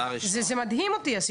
הסיפור הזה מדהים אותי.